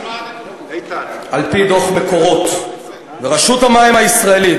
על-פי דוח "מקורות" ורשות המים הישראלית,